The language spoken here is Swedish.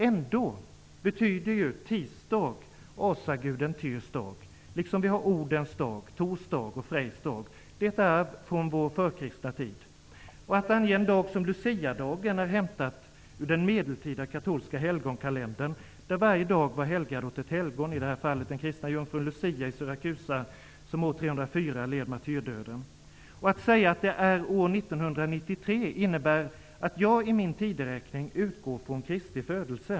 Ändå betyder ju ''tisdag'' asaguden Tyrs dag, och vi har också Odens dag, Tors dag och Frejs dag, ett arv från vår förkristna tid. Att ange en dag som Luciadagen går tillbaka till den medeltida, katolska helgonkalendern, där varje dag var helgad åt ett helgon, i det här fallet den kristna jungfrun Lucia i Syrakusa, som år 304 led martyrdöden. Att säga att det är år 1993 innebär att jag i min tideräkning utgår från Kristi födelse.